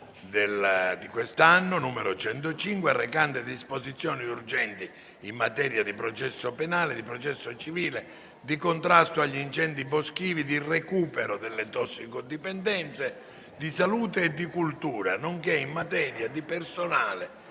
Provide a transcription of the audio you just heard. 10 agosto 2023, n. 105, recante disposizioni urgenti in materia di processo penale, di processo civile, di contrasto agli incendi boschivi, di recupero dalle tossicodipendenze, di salute e di cultura, nonché in materia di personale